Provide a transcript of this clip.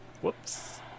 Whoops